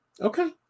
okay